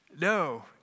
No